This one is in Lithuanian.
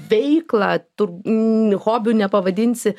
veiklą tur m hobiu nepavadinsi